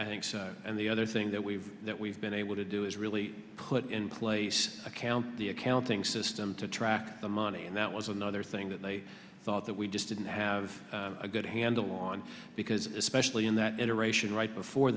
i think so and the other thing that we that we've been able to do is really put in place account the accounting system to track the money and that was another thing that they thought that we just didn't have a good handle on because especially in that generation right before